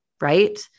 Right